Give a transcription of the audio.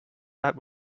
that